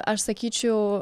aš sakyčiau